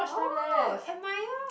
oh admire